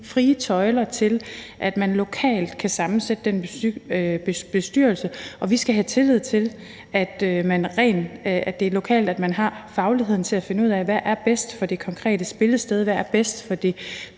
frie tøjler til, at man lokalt kan sammensætte den bestyrelse, og vi skal have tillid til, at det er lokalt, man har fagligheden til at finde ud af, hvad der er bedst for det konkrete spillested, hvad der er bedst for det